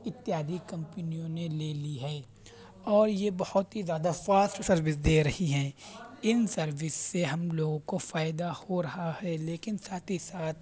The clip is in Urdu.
اتیادی کمپنیوں نے لے لی ہے اور یہ بہت ہی زیادہ فاسٹ سروس دے رہی ہیں ان سروس سے ہم لوگوں کو فائدہ ہو رہا ہے لیکن ساتھ ہی ساتھ